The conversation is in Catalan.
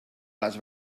les